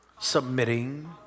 Submitting